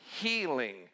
healing